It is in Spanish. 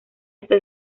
este